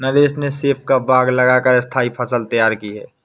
नरेश ने सेब का बाग लगा कर स्थाई फसल तैयार की है